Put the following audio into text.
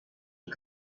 est